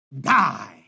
die